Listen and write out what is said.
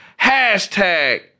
Hashtag